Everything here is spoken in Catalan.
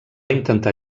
intentar